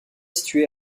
situé